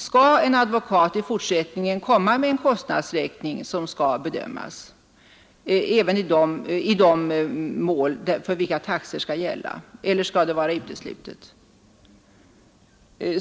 Skall en advokat i fortsättningen komma med en kostnadsräkning som skall bedömas i de mål för vilka taxa skall gälla Nr 86 eller skall det vara uteslutet?